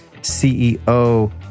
ceo